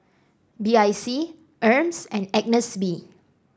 B I C Hermes and Agnes B